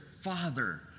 Father